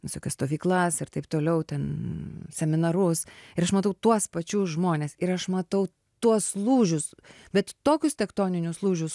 visokias stovyklas ir taip toliau ten seminarus ir aš matau tuos pačius žmones ir aš matau tuos lūžius bet tokius tektoninius lūžius